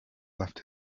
left